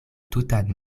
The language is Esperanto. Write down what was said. tutan